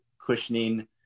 cushioning